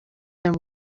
than